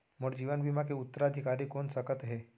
मोर जीवन बीमा के उत्तराधिकारी कोन सकत हे?